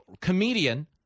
Comedian